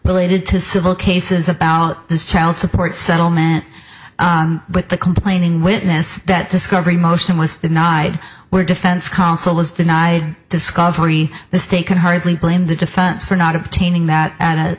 related to civil cases about this child support settlement with the complaining witness that discovery motion was denied were defense counsel was denied discovery the state can hardly blame the defense for not obtaining that